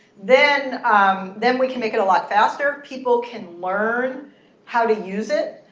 then um then we can make it a lot faster. people can learn how to use it.